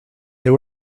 they